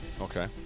Okay